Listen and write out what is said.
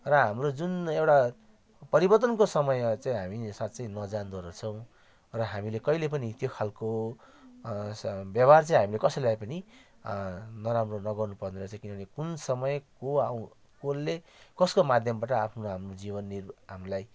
र हाम्रो जुन एउटा परिवर्तनको समय चाहिँ हामी यो साँच्चै नजान्दोरहेछौँ र हामीले कहिल्यै पनि त्यो खालको स व्यवहार चाहिँ हामीले कसैलाई पनि नराम्रो नगर्नु पर्नेरहेछ किनभने कुन समय को आएकोले कसको माध्यमबाट आफ्नो हामीले जीवन निर्भर हामीलाई